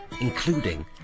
including